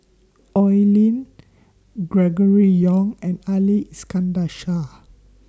Oi Lin Gregory Yong and Ali Iskandar Shah